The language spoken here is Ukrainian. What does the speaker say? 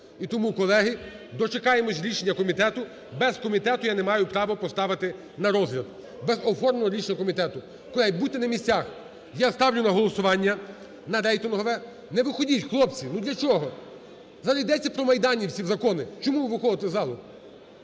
І тому, колеги, дочекаємось рішення комітету. Без комітету я не маю право поставити на розгляд, без оформлення рішення комітету. Колеги, будьте на місцях. Я ставлю на голосування на рейтингове. Не виходіть, хлопці, ну, для чого? Зараз йдеться про майданців закони. Чому ви виходите з залу,